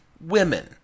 women